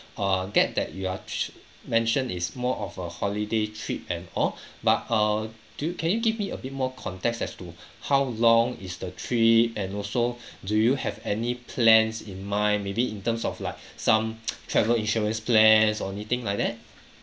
err get that you are tr~ mentioned is more of a holiday trip and all but err do can you give me a bit more context as to how long is the trip and also do you have any plans in mind maybe in terms of like some travel insurance plans or anything like that